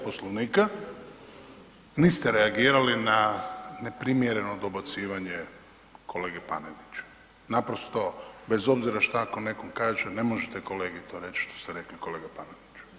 Poslovnika, niste reagirali na neprimjerno dobacivanje kolege Paneniću, naprosto bez obzira šta ako neko kaže ne možete kolegi to reći što ste rekli kolega Paneniću.